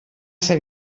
ser